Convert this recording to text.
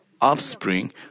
offspring